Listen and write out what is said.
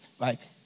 right